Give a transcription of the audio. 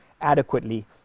adequately